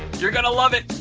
you're gonna love it.